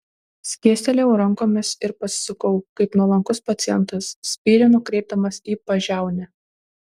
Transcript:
skėstelėjau rankomis ir pasisukau kaip nuolankus pacientas spyrį nukreipdamas į pažiaunę